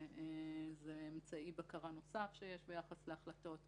זה אמצעי בקרה נוסף שיש על החלטות.